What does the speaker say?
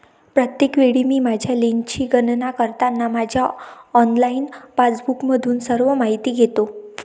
प्रत्येक वेळी मी माझ्या लेनची गणना करताना माझ्या ऑनलाइन पासबुकमधून सर्व माहिती घेतो